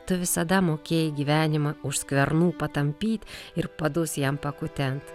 tu visada mokėjai gyvenimą už skvernų patampyt ir padus jam pakutent